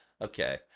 Okay